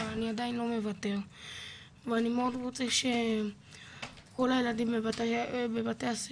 אבל אני עדיין לא מוותר ואני מאוד רוצה שכל הילדים בבתי הספר,